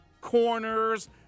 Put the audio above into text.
corners